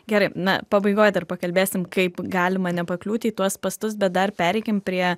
gerai na pabaigoj dar pakalbėsim kaip galima nepakliūti į tuos spąstus bet dar pereikim prie